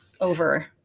over